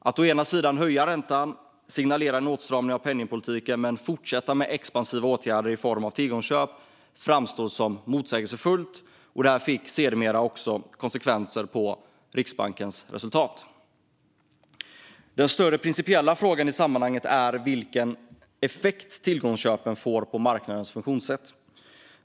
Att å ena sidan höja räntan och signalera en åtstramning av penningpolitiken men å andra sidan fortsätta med expansiva åtgärder i form av tillgångsköp framstår som motsägelsefullt, och detta fick sedermera konsekvenser för Riksbankens resultat. Den större principiella frågan i sammanhanget är vilken effekt tillgångsköpen får på marknadens funktionssätt.